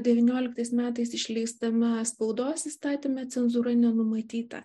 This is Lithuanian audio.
devynioliktais metais išleistame spaudos įstatyme cenzūra nenumatyta